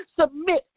submit